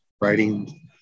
writing